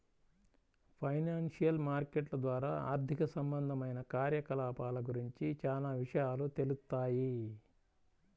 financial మార్కెట్ల ద్వారా ఆర్థిక సంబంధమైన కార్యకలాపాల గురించి చానా విషయాలు తెలుత్తాయి